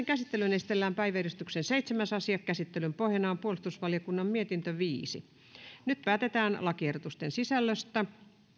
käsittelyyn esitellään päiväjärjestyksen seitsemäs asia käsittelyn pohjana on puolustusvaliokunnan mietintö viisi nyt päätetään lakiehdotusten sisällöstä